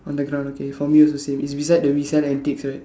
on the ground okay for me is the same it's beside the beside the antiques right